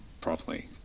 properly